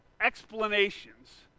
explanations